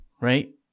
right